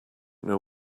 know